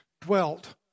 dwelt